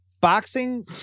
boxing